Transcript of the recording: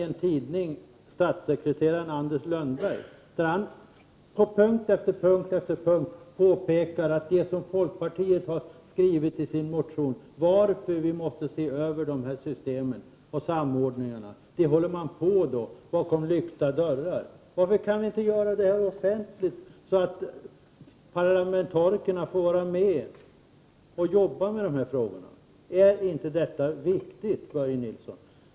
En tidning citerar statssekreteraren Anders Lönnberg, och han påpekar på punkt efter punkt att det som folkpartiet har skrivit i sin motion om anledningen till att vi måste se över dessa system och samordningar är någonting som man håller på med — bakom lyckta dörrar. Varför kan ni inte göra detta offentligt, så att vi parlamentariker får delta i jobbet med dessa frågor? Är inte detta viktigt, Börje Nilsson?